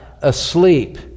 asleep